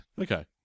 Okay